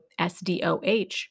SDOH